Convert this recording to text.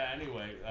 anyway,